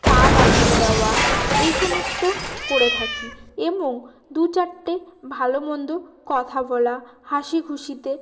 চা বানিয়ে দাওয়া এই সমস্ত করে থাকি এবং দু চারটে ভালো মন্দ কথা বলা হাসি খুশিতে